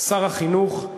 שר החינוך,